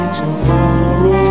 tomorrow